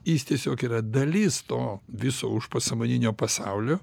jis tiesiog yra dalis to viso užpasąmoninio pasaulio